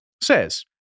says